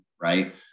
right